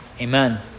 amen